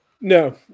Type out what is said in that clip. No